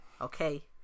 okay